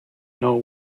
know